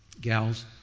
gals